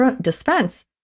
dispense